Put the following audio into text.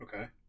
Okay